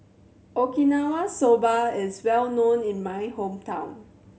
Okinawa Soba is well known in my hometown